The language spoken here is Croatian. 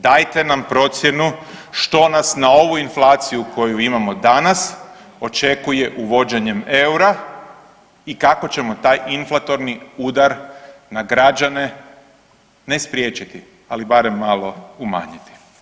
Dajte nam procjenu što nas na ovu inflaciju koju imamo danas očekuje uvođenjem eura i kako ćemo taj inflatorni udar na građane ne spriječiti, ali barem malo umanjiti?